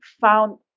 found